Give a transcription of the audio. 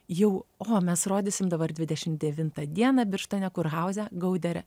jau o mes rodysim dabar dvidešimt devintą dieną birštone kurhauze gaudere